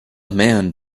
man